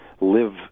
live